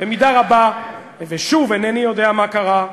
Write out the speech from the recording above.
במידה רבה, ושוב, אינני יודע מה קרה,